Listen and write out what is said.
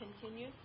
continue